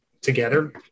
together